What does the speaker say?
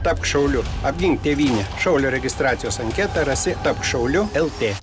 tapk šauliu apgink tėvynę šaulio registracijos anketą rasi tapti šauliu lt